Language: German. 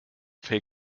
fake